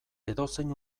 edozein